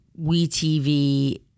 WeTV